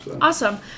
awesome